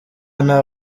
nta